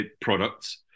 products